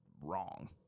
wrong